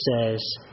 says